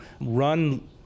run